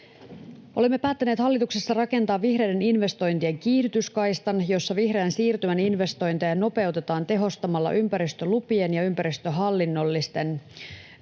Olemme päättäneet hallituksessa rakentaa vihreiden investointien kiihdytyskaistan, jossa vihreän siirtymän investointeja nopeutetaan tehostamalla ympäristölupien ja ympäristöllisten arviointien